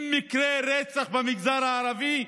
90 מקרי רצח במגזר הערבי,